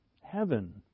Heaven